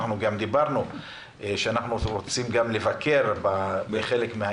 גם אמרנו שאנחנו רוצים לבקר בחלק מן